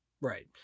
Right